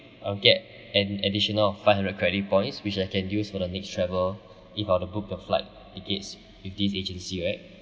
I'll get an additional of five hundred credit points which I can use for the next travel if I were to book a flight tickets with this agency right